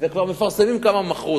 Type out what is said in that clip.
וכבר מפרסמים כמה מכרו.